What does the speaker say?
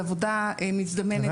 זו עבודה מזדמנת,